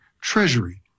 Treasury